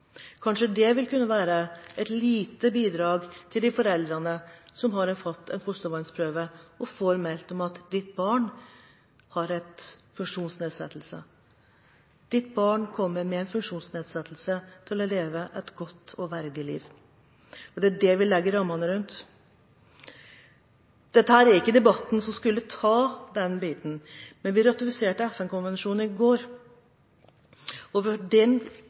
Kanskje det vil kunne være et lite bidrag til de foreldrene som har tatt en fostervannsprøve og fått melding om at barnet har en funksjonsnedsettelse. Deres barn kommer, selv med en funksjonsnedsettelse, til å leve et godt og verdig liv! Det er det vi legger rammene rundt. Dette er ikke debatten som skulle ta biten med FN-konvensjonen, men vi ratifiserte den i går, og den